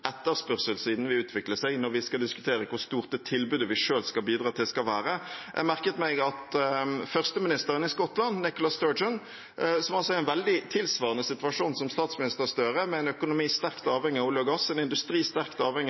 seg, når vi skal diskutere hvor stort det tilbudet vi selv skal bidra til, skal være. Jeg merket meg at førsteministeren i Skottland, Nicola Sturgeon, som er i en veldig tilsvarende situasjon som statsminister Gahr Støre, med en økonomi sterkt avhengig av olje og gass og en industri sterkt avhengig